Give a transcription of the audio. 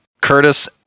Curtis